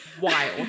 wild